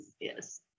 Yes